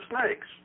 snakes